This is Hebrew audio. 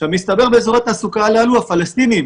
מסתבר שבאזורי התעסוקה הללו הפלסטינים